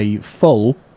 full